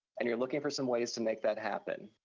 and you're looking for some ways to make that happen.